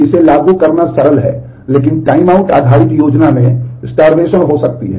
इसे लागू करना सरल है लेकिन टाइमआउट आधारित योजना में स्टार्वेसन हो सकती है